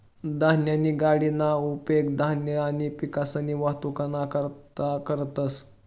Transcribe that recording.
धान्यनी गाडीना उपेग धान्य आणि पिकसनी वाहतुकना करता करतंस